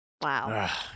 Wow